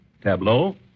Tableau